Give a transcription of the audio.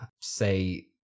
say